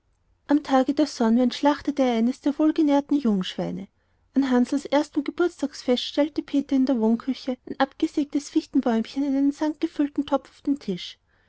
am tage vor sonnwend schlachtete er eines der wohlgenährten jungschweine an hansls erstem geburstagsfest stellte peter in der wohnküche ein abgesägtes fichtenbäumchen in einem sandgefüllten topf auf den tisch